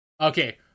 Okay